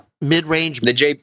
mid-range